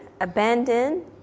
abandon